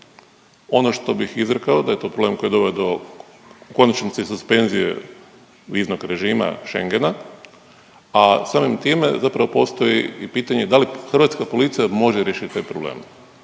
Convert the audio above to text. Ono što bih izrekao da je to problem koji je doveo do u konačnici suspenzije viznog režima Schengena, a samim time zapravo postoji i pitanje da li hrvatska policija može riješiti taj problem.